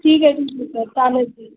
ठीक आहे ठीक आहे सर चालेल सर